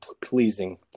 pleasing